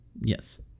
Yes